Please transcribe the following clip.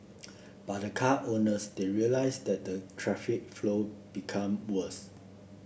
but the car owners they realised that the traffic flow become worse